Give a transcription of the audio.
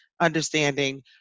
understanding